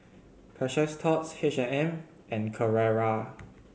Precious Thots H and M and Carrera